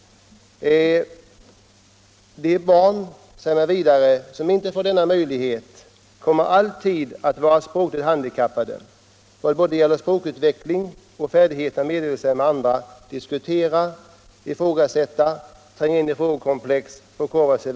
De barn som inte får denna möjlighet kommer alltid att vara handikappade i vad gäller både språkutveckling och färdigheten att meddela sig med andra. Det gäller sådant som att diskutera, ifrågasätta, tränga in i frågekomplex och förkovra sig.